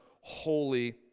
holy